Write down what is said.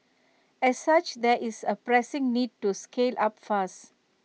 as such there is A pressing need to scale up fast